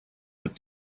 bit